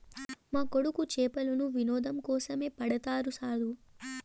మా కొడుకు చేపలను వినోదం కోసమే పడతాడు సారూ